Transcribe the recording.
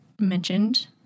mentioned